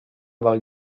del